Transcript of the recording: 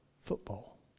football